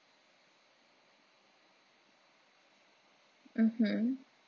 mmhmm